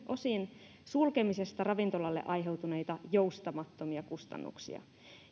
osin sulkemisesta ravintolalle aiheutuneita joustamattomia kustannuksia